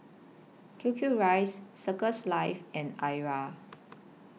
Q Q Rice Circles Life and Arai